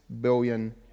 billion